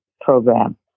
program